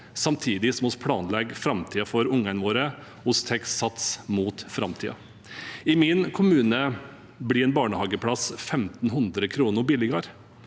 samtidig som vi planlegger for framtiden for ungene våre. Vi tar sats mot framtiden. I min kommune blir en barnehageplass 1 500 kr billigere.